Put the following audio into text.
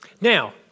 Now